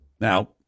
Now